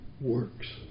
Works